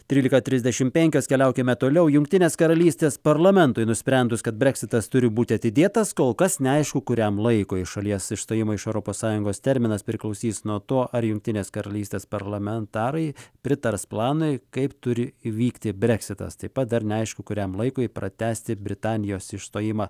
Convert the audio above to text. trylika trisdešim penkios keliaukime toliau jungtinės karalystės parlamentui nusprendus kad breksitas turi būti atidėtas kol kas neaišku kuriam laikui šalies išstojimo iš europos sąjungos terminas priklausys nuo to ar jungtinės karalystės parlamentarai pritars planui kaip turi įvykti breksitas taip pat dar neaišku kuriam laikui pratęsti britanijos išstojimą